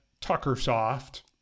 TuckerSoft